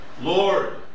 Lord